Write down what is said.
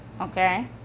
okay